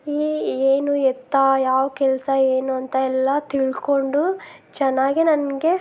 ಏನು ಎತ್ತ ಯಾವ ಕೆಲಸ ಏನು ಅಂತ ಎಲ್ಲ ತಿಳ್ಕೊಂಡು ಚೆನ್ನಾಗೆ ನನಗೆ